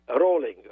rolling